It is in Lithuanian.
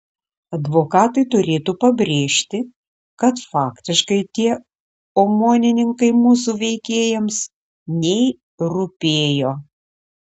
advokatai turėtų pabrėžti kad faktiškai tie omonininkai mūsų veikėjams nei rūpėjo